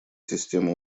система